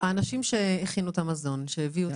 האנשים שהביאו והכינו את המזון,